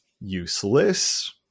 Useless